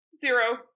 zero